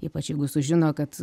ypač jeigu sužino kad